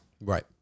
Right